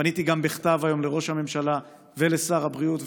פניתי גם בכתב היום לראש הממשלה ולשר הבריאות,